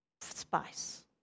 spice